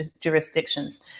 jurisdictions